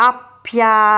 Appia